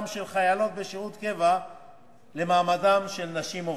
של חיילות בשירות קבע למעמדן של נשים עובדות.